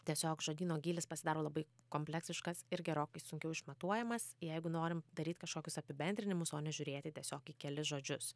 tiesiog žodyno gylis pasidaro labai kompleksiškas ir gerokai sunkiau išmatuojamas jeigu norim daryt kažkokius apibendrinimus o ne žiūrėti tiesiog į kelis žodžius